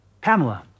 Pamela